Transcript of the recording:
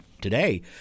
Today